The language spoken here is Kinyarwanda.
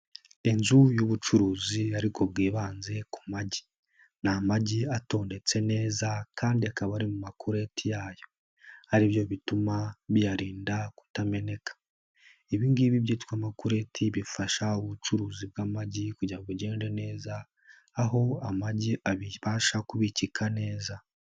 Inzu y'ubucuruzi ariko bwibanze ku magi. Ni amagi atondetse neza kandi akaba ari mu makureti yayo. Ari byo bituma biyarinda kutameneka. Ibi ngibi byitwa amakureti bifasha ubucuruzi bw'amagi kugira ngo bugenda neza, aho amagi abasha kubikika neza.